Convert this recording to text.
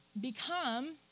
become